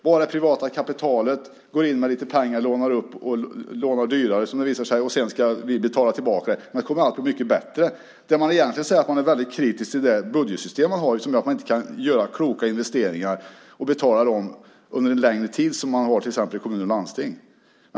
Bara det privata kapitalet går in med lite pengar, lånar upp och lånar dyrare som det visar sig - och sedan ska vi betala tillbaka det - kommer allt att bli mycket bättre. Det man egentligen säger är att man är väldigt kritisk till det budgetsystem som gör att man inte kan göra kloka investeringar och betala dem under en längre tid, till exempel i kommuner och landsting.